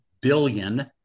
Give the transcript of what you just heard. billion